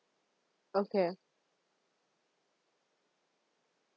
okay